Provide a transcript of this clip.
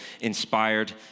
inspired